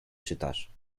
czytasz